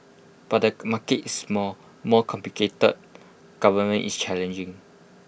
but the market is small more complicated governance is challenging